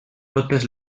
totes